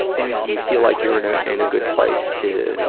and do you feel like you're in a, in a good place to,